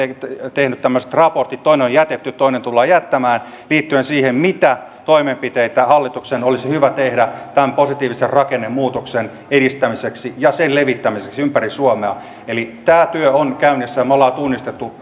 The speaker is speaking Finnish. tehneet tämmöiset raportit toinen on jätetty toinen tullaan jättämään liittyen siihen mitä toimenpiteitä hallituksen olisi hyvä tehdä tämän positiivisen rakennemuutoksen edistämiseksi ja sen levittämiseksi ympäri suomea eli tämä työ on käynnissä ja me olemme tunnistaneet